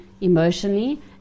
emotionally